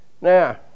Now